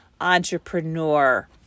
entrepreneur